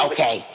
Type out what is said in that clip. Okay